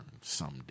someday